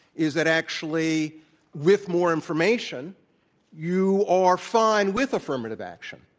is that actually with more information you are fine with affirmative action.